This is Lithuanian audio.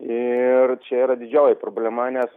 ir čia yra didžioji problema nes